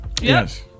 Yes